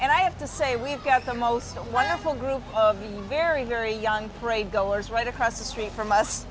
and i have to say we've got the most wonderful group of very very young parade goers right across the street from us